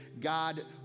God